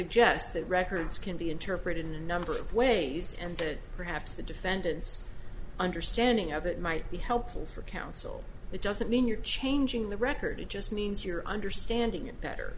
that records can be interpreted in a number of ways and that perhaps the defendant's understanding of it might be helpful for counsel it doesn't mean you're changing the record it just means you're understanding it better